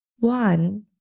One